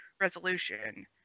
resolution